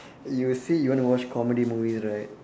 you say you want to watch comedy movies right